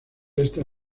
esta